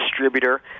distributor